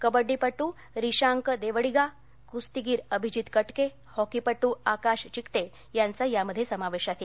कबड्डीपटू रिशांक देवडिगा कुस्तीगीर अभिजीत कटके हॉकीपट्र आकाश चिकटे यांचा यामध्ये समावेश आहे